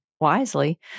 wisely